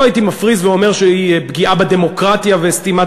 לא הייתי מפריז שהוא פגיעה בדמוקרטיה וסתימת